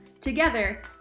Together